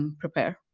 um prepare?